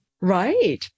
right